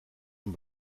een